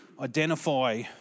identify